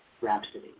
Rhapsody